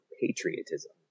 patriotism